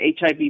HIV